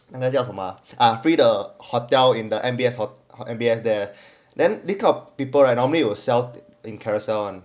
人家叫什么 are free 的 hotel in the M_B_S ho~ in the M_B_S there then this people right normally you will sell in carousell [one]